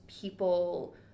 people